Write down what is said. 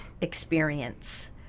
experience